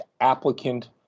applicant